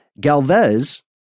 Galvez